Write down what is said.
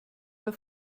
der